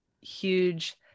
huge